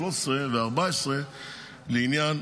13 ו-14 לעניין